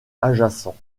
adjacent